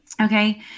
Okay